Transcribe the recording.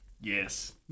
Yes